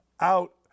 out